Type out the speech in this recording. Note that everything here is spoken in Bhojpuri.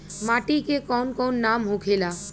माटी के कौन कौन नाम होखे ला?